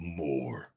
more